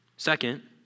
Second